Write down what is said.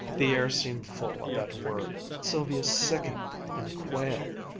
the air seemed full of that word. sylvia sickened and quailed.